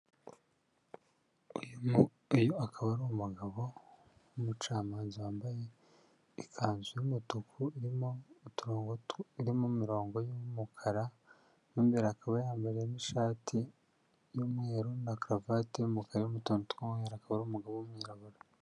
Uyu akaba ari umugabo w'umucamanza. Wambaye ikanzu y'umutuku irimo ut irimo imirongo y'umukara, mo imbere akaba yambayemo ishati y'umweru na karuvati y'umukara, irimo utuntu tw'umweru, akaba ari umugabo w'umwirabura.